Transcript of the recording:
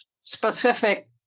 specific